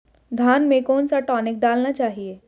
धान में कौन सा टॉनिक डालना चाहिए?